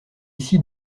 ici